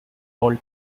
all